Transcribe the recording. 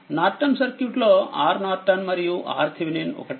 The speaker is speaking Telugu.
నార్టన్సర్క్యూట్ లో Rnorton మరియుRthevenin ఒకటే